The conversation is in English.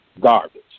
garbage